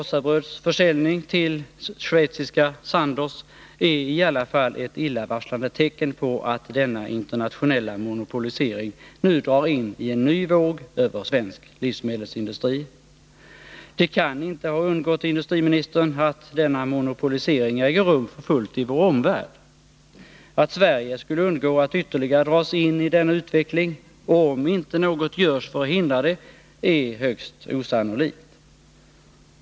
Wasabröds försäljning till schweiziska Sandoz AG är i alla fall ett illavarslande tecken på att denna internationella monopolisering nu drar in i en ny våg över svensk livsmedelsindustri. Det kan inte ha undgått industriministern att denna monopolisering äger rum för fullt i vår omvärld. Att Sverige skulle undgå att ytterligare dras in i denna utveckling, om inte något görs för att hindra det, är högst osannolikt.